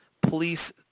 police